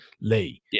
Lee